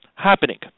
happening